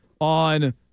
on